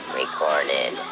recorded